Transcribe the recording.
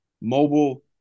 mobile